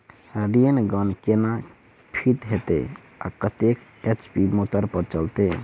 Rain gun केना fit हेतइ आ कतेक एच.पी मोटर पर चलतै?